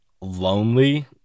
lonely